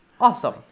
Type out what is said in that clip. awesome